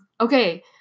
Okay